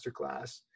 masterclass